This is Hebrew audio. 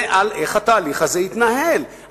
וזה איך התהליך הזה יתנהל,